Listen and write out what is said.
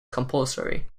compulsory